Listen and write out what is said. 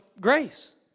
grace